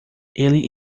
ele